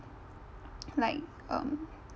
like um